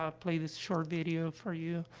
ah play this short video for you.